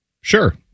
Sure